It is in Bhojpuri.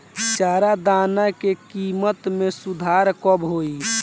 चारा दाना के किमत में सुधार कब होखे?